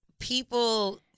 people